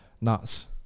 nuts